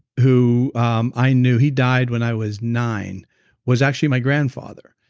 who um i knew. he died when i was nine was actually my grandfather.